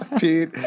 Pete